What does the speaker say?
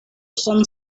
son